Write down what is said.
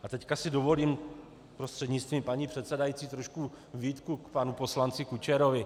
A teď si dovolím prostřednictvím paní předsedající trošku výtku k panu poslanci Kučerovi.